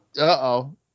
Uh-oh